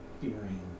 fearing